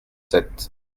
sept